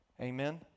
Amen